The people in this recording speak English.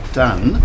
done